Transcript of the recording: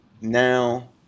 now